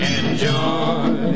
enjoy